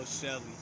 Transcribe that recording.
Shelly